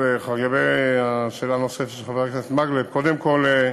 לגבי השאלה הנוספת של חבר הכנסת מקלב, קודם כול,